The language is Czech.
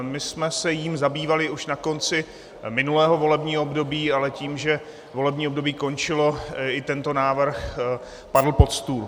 My jsme se jím zabývali už na konci minulého volebního období, ale tím, že volební období končilo, i tento návrh padl pod stůl.